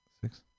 six